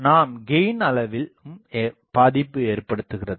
நாம் கெயின் அளவிலும் பாதிப்பு ஏற்படுத்துகிறது